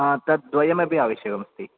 तद्द्वयमपि आवश्यकमस्ति